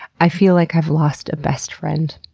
i feel like i've lost a best friend.